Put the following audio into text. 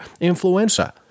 influenza